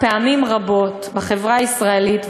פעמים רבות בחברה הישראלית,